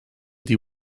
die